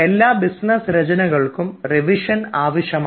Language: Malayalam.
എല്ലാം ബിസിനസ് രചനകൾക്കും റിവിഷൻ അത്യാവശ്യമാണ്